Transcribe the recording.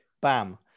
bam